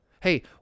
Hey